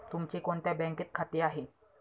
तुमचे कोणत्या बँकेत खाते आहे?